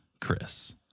Chris